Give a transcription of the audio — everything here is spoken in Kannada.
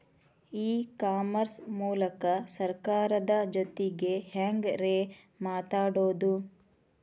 ಇ ಕಾಮರ್ಸ್ ಮೂಲಕ ಸರ್ಕಾರದ ಜೊತಿಗೆ ಹ್ಯಾಂಗ್ ರೇ ಮಾತಾಡೋದು?